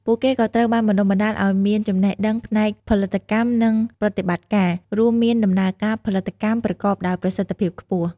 ពួកគេក៏ត្រូវបានបណ្ដុះបណ្ដាលឱ្យមានចំណេះដឹងផ្នែកផលិតកម្ម និងប្រតិបត្តិការ រួមមានដំណើរការផលិតកម្មប្រកបដោយប្រសិទ្ធភាពខ្ពស់។